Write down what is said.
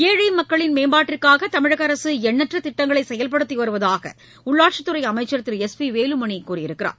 ஏழை மக்களின் மேம்பாட்டிற்காக தமிழக அரசு எண்ணற்ற திட்டங்களை செயல்படுத்தி வருவதாக உள்ளாட்சித் துறை அமைச்சர் திரு எஸ் பி வேலுமணி கூறியுள்ளார்